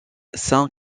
saint